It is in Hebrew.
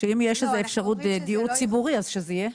שאם יש אפשרות דיור ציבורי אז שזה יהיה.